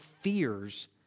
fears